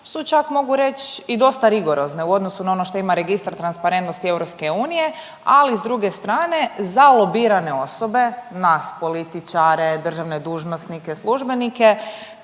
su čak mogu reć i dosta rigorozne u odnosu na ono što ima Registar transparentnosti EU, ali s druge strane za lobirane osobe, nas političare, državne dužnosnike, službenike,